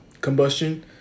combustion